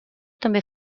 també